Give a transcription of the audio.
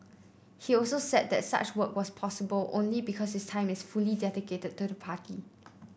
he also said that such work was possible only because his time is fully dedicated to the party